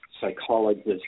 psychologists